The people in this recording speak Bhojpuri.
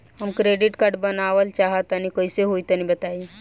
हम क्रेडिट कार्ड बनवावल चाह तनि कइसे होई तनि बताई?